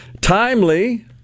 Timely